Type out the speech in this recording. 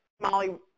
Molly